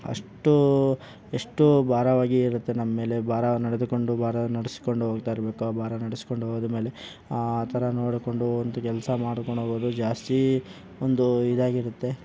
ಅಷ್ಟು ಎಷ್ಟು ಭಾರವಾಗಿ ಇರುತ್ತೆ ನಮ್ಮ ಮೇಲೆ ಭಾರ ನಡೆದುಕೊಂಡು ಭಾರ ನಡೆಸಿಕೊಂಡು ಹೋಗ್ತಾಯಿರ್ಬೇಕು ಆ ಭಾರ ನಡೆಸಿಕೊಂಡು ಹೋದಮೇಲೆ ಆ ಥರ ನೋಡಿಕೊಂಡು ಒಂದು ಕೆಲಸ ಮಾಡ್ಕೊಂಡು ಹೋಗೋದು ಜಾಸ್ತಿ ಒಂದು ಇದಾಗಿರುತ್ತೆ